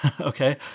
okay